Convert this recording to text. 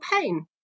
pain